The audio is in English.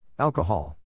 Alcohol